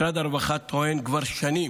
משרד הרווחה טוען כבר שנים